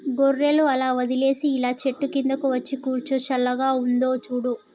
గొర్రెలు అలా వదిలేసి ఇలా చెట్టు కిందకు వచ్చి కూర్చో చల్లగా ఉందో చూడు